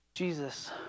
Jesus